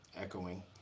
echoing